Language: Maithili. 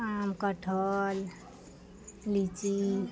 आम कटहल लीची